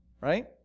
right